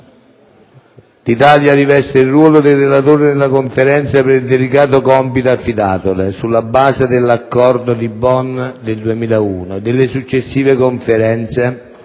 L'Italia riveste il ruolo di relatore nella Conferenza per il delicato compito affidatole, sulla base dell'Accordo di Bonn del 2001 e delle successive conferenze